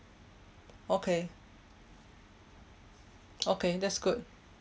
okay okay that's good